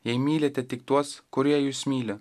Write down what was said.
jei mylite tik tuos kurie jus myli